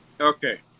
okay